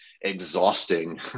exhausting